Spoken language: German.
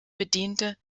bediente